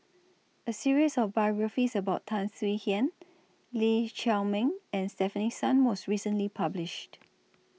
A series of biographies about Tan Swie Hian Lee Chiaw Meng and Stefanie Sun was recently published